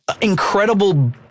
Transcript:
incredible